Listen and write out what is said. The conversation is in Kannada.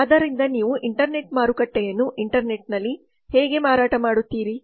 ಆದ್ದರಿಂದ ನೀವು ಇಂಟರ್ನೆಟ್ ಮಾರುಕಟ್ಟೆಯನ್ನು ಇಂಟರ್ನೆಟ್ನಲ್ಲಿ ಹೇಗೆ ಮಾರಾಟ ಮಾಡುತ್ತೀರಿ